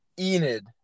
Enid